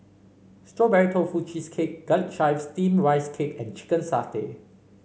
Strawberry Tofu Cheesecake Garlic Chives Steamed Rice Cake and Chicken Satay